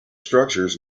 structures